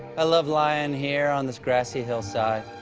i love lying here on this grassy hillside.